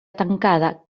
tancada